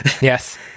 Yes